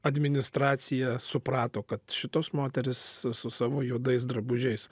administracija suprato kad šitos moterys su su savo juodais drabužiais